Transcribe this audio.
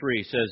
says